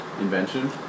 invention